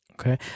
Okay